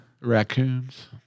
Raccoons